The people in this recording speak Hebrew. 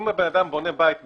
אם בן אדם בונה בית בהררי,